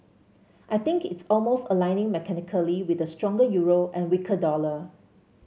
I think it's almost aligning mechanically with the stronger euro and weaker dollar